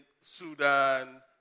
Sudan